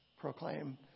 proclaim